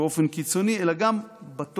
באופן קיצוני אלא גם בתוכן